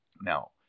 Now